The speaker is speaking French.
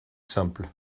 simple